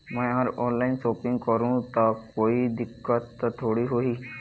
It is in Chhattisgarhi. मैं हर ऑनलाइन शॉपिंग करू ता कोई दिक्कत त थोड़ी होही?